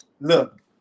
Look